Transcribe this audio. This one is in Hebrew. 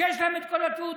שיש להם את כל התעודות,